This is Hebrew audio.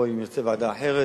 או אם ירצה ועדה אחרת,